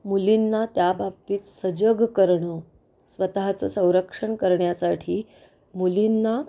मुलींना त्या बाबतीत सजग करणं स्वतःचं संरक्षण करण्यासाठी मुलींना